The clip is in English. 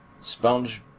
sponge